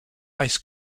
ice